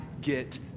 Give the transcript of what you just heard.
get